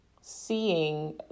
seeing